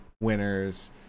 winners